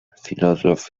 filozof